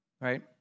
right